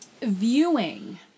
Viewing